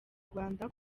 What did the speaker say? rwanda